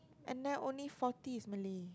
and then only forty is Malay